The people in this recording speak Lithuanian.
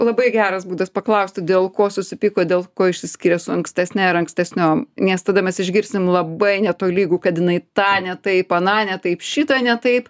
labai geras būdas paklausti dėl ko susipyko dėl ko išsiskyrė su ankstesne ar ankstesniu nes tada mes išgirsim labai netolygų kad jinai tą ne taip aną ne taip šitą ne taip